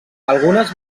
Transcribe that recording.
algunes